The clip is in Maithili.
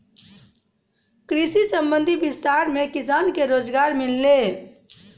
कृषि संबंधी विस्तार मे किसान के रोजगार मिल्लै